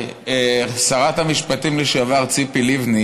ושרת המשפטים לשעבר ציפי לבני,